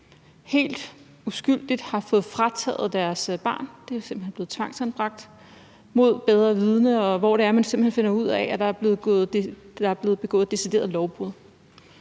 helt uskyldigt har fået frataget deres barn. Det er simpelt hen blevet tvangsanbragt mod bedre vidende. Og så finder man ud af, at der er blevet begået decideret lovbrud.